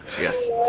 Yes